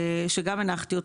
שגם הנחתי,